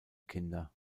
kinder